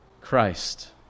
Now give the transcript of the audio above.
Christ